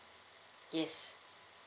yes